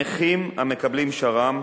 נכים המקבלים שר"מ,